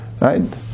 Right